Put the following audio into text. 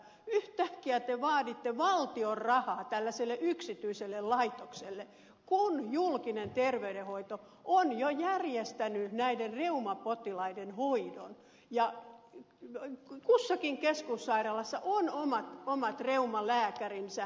yhtäkkiä te vaaditte valtion rahaa tällaiselle yksityiselle laitokselle kun julkinen terveydenhoito on jo järjestänyt näiden reumapotilaiden hoidon ja kussakin keskussairaalassa on omat reumalääkärinsä